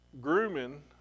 grooming